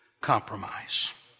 compromise